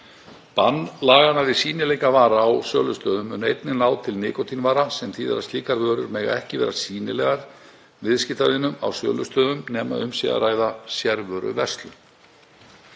Bann laganna við sýnileika vara á sölustöðum mun einnig ná til nikótínvara sem þýðir að slíkar vörur mega ekki vera sýnilegar viðskiptavinum á sölustöðum nema um sé að ræða sérvöruverslun.